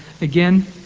again